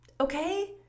okay